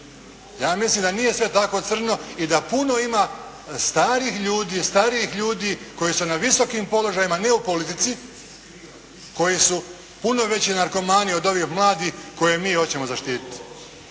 Ja mislim da nije sve tako crno i da puno ima starih ljudi, starijih ljudi koji su na visokim položajima, ne u politici koji su puno veći narkomani od ovih mladih koje mi hoćemo zaštititi.